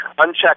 unchecked